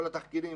כל התחקירים,